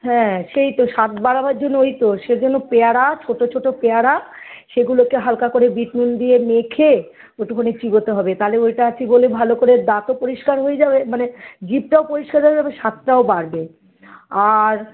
হ্যাঁ সেই তো স্বাদ বাড়াবার জন্য ওই তো সে জন্য পেয়ারা ছোটো ছোটো পেয়ারা সেগুলোকে হালকা করে বিট নুন দিয়ে মেখে এটুখনি চিবোতে হবে তালে ওইটা চিবোলে ভালো করে দাঁতও পরিষ্কার হয়ে যাবে মানে জিবটাও পরিষ্কার হয়ে যাবে স্বাদটাও বাড়বে আর